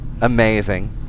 Amazing